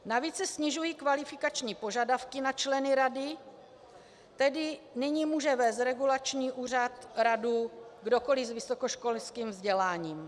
Navíc se snižují kvalifikační požadavky na členy rady, tedy nyní může vést regulační úřad, radu kdokoli s vysokoškolským vzděláním.